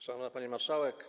Szanowna Pani Marszałek!